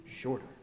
shorter